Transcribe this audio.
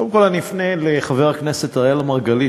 קודם כול אני אפנה לחבר הכנסת אראל מרגלית,